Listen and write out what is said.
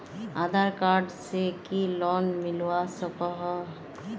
आधार card से की loan मिलवा सकोहो?